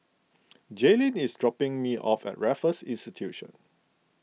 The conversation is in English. Jaylene is dropping me off at Raffles Institution